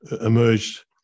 emerged